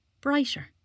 brighter